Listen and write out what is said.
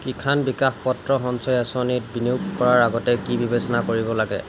কিষাণ বিকাশ পত্ৰ সঞ্চয় আঁচনিত বিনিয়োগ কৰাৰ আগতে কি বিবেচনা কৰিব লাগে